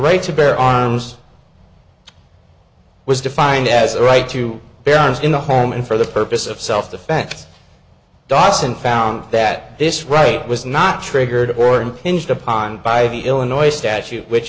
right to bear arms was defined as a right to bear arms in the home and for the purpose of self the fact dawson found that this right was not triggered or impinged upon by the illinois statute which